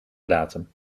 datum